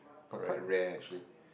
but quite rare actually